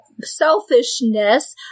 selfishness